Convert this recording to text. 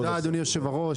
אדוני היושב-ראש,